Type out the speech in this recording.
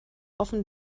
offen